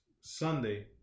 Sunday